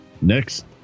Next